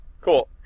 Cool